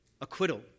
acquittal